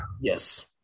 Yes